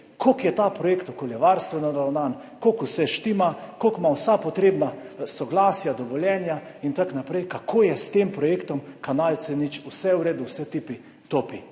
kako je ta projekt okoljevarstveno naravnan, kako vse štima, kako ima vsa potrebna soglasja, dovoljenja in tako naprej, kako je s tem projektom kanal C0 vse v redu, vse tipi topi.